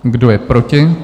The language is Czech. Kdo je proti?